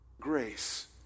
Grace